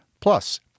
plus